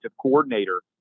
coordinator